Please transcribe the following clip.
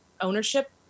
ownership